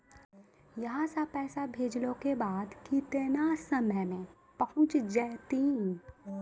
यहां सा पैसा भेजलो के बाद केतना समय मे पहुंच जैतीन?